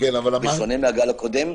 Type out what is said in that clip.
בשונה מהגל הקודם,